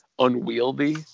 unwieldy